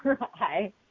Hi